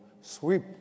sweep